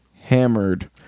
hammered